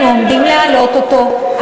אנחנו עומדים להעלות אותו.